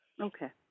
Okay